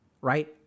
right